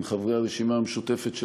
עם חברי הרשימה המשותפת,